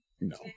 no